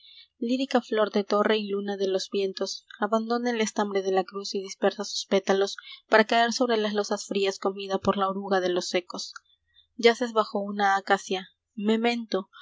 lírica flor de torre y luna de los vientos abanfrreefrfcambre dclsrcruz y dispeka sus pétalos para caer sobre las losas frías comida por la oruga de los ecos yaces bajo una acacia memento